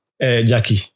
Jackie